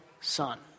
Son